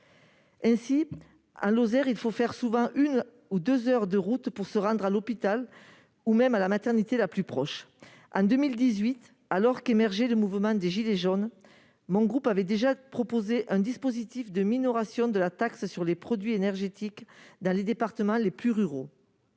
Ainsi, en Lozère, il faut souvent faire une ou deux heures de route pour se rendre à l'hôpital ou même à la maternité la plus proche. En 2018, alors qu'émergeait le mouvement des gilets jaunes, mon groupe avait déjà proposé un dispositif de minoration de la taxe sur les produits énergétiques dans les départements les plus ruraux.